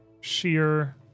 sheer